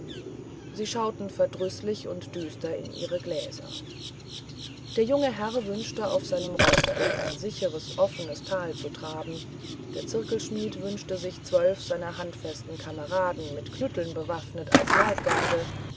sie schauten verdrüßlich und düster in ihre gläser der junge herr wünschte auf seinem roß durch ein sicheres offenes tal zu traben der zirkelschmidt wünschte sich zwölf seiner handfesten kameraden mit knütteln bewaffnet als leibgarde